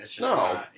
No